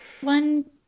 One